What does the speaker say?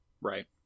Right